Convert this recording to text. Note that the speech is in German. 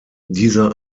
dieser